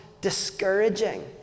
discouraging